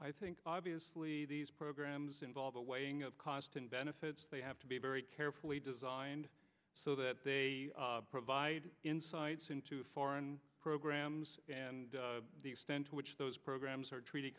i think obviously these programs involve the cost and benefits they have to be very carefully designed so that they provide insights into foreign programs and the extent to which those programs are treated